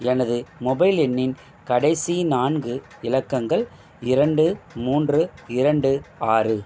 எனது மொபைல் எண்ணின் கடைசி நான்கு இலக்கங்கள் இரண்டு மூன்று இரண்டு ஆறு